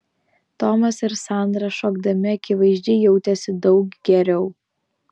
tomas ir sandra šokdami akivaizdžiai jautėsi daug geriau